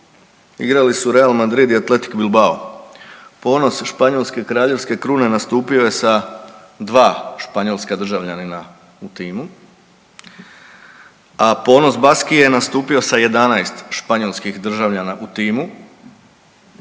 igrali su Real Madrid i Athletik Bilbao ponos Španjolske kraljevske krune nastupio je sa 2 španjolska državljanina u timu, a ponos Baskije je nastupio sa 11 španjolskih državljana u timu,